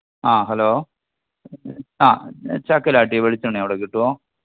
ആ ഹലോ ആ ചക്കിലാട്ടിയ വെളിച്ചെണ്ണ അവിടെ കിട്ടുമോ